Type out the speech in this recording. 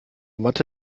mathe